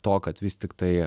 to kad vis tiktai